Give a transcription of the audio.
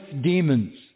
demons